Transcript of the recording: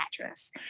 mattress